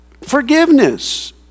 forgiveness